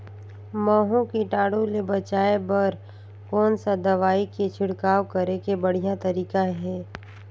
महू कीटाणु ले बचाय बर कोन सा दवाई के छिड़काव करे के बढ़िया तरीका हे?